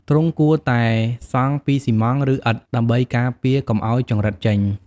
ទ្រុងគួរតែសង់ពី ស៊ីម៉ង់ត៍ ឬ ឥដ្ឋ ដើម្បីការពារកុំឲ្យចង្រិតចេញ។